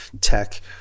tech